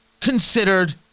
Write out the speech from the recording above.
considered